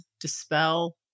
dispel